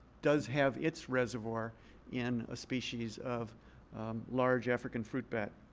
does have its reservoir in a species of large african fruit bat.